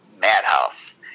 Madhouse